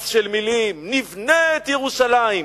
מס של מלים: נבנה את ירושלים.